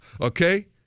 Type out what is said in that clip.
Okay